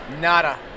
nada